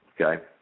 Okay